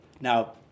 Now